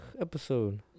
Episode